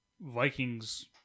vikings